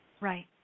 Right